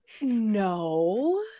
No